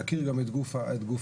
להכיר גם את גוף האדם,